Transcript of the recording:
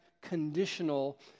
conditional